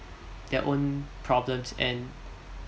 their own problems and